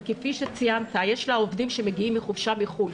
וכפי שציינת, יש לה עובדים שמגיעים מחופשה מחו"ל.